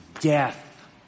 death